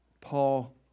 Paul